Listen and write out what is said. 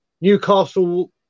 Newcastle